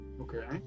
okay